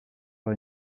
par